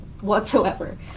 whatsoever